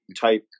type